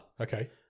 Okay